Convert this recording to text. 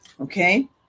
okay